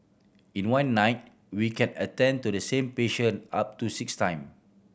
in one night we can attend to the same patient up to six time